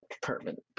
Permanent